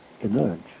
emerge